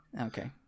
Okay